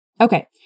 Okay